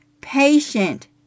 patient